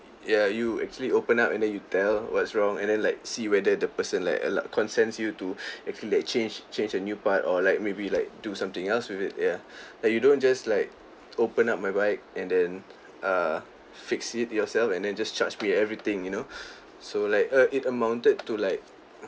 ya you actually open up and then you tell what's wrong and then like see whether the person like allow consents you to actually like change change a new part or like maybe like do something else with it ya like you don't just like open up my bike and then err fix it yourself and then just charge me everything you know so like uh it amounted to like